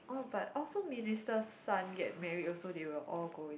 oh but also minister's son get married also they will all go